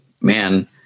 Man